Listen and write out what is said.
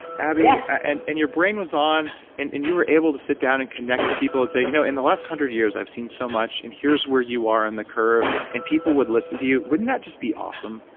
abby, yeah and and your brain was on and and you were able to sit down and connect with people and say, you know, in the last one hundred years, i've seen so much, and here's where you are on the curve, and people would listen to you, wouldn't that just be awesome?